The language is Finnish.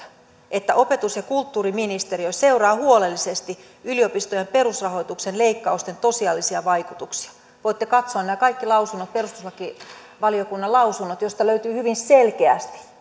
että opetus ja kulttuuriministeriö seuraa huolellisesti yliopistojen perusrahoituksen leikkausten tosiasiallisia vaikutuksia voitte katsoa nämä kaikki perustuslakivaliokunnan lausunnot joista löytyy hyvin selkeästi